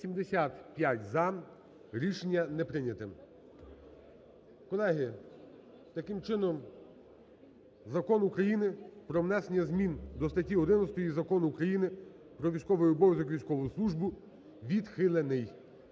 За-85 Рішення не прийнято. Колеги, таким чином, Закон України про внесення змін до статті 11 Закону України "Про військовий обов'язок і військову службу" відхилений.